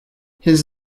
his